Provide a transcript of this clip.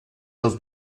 los